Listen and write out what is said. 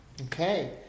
Okay